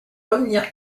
revenir